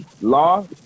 Law